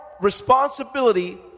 responsibility